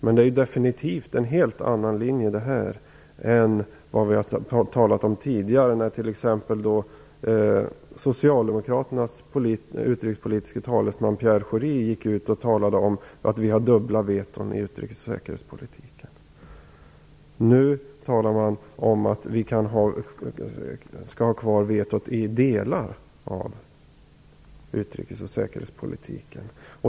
Men detta är definitivt en helt annat linje än vad vi har talat om tidigare. Schori talade t.ex. om att vi har dubbla veton i utrikes och säkerhetspolitiken. Nu talar man om att vi skall ha kvar vetot i delar av utrikes och säkerhetspolitiken.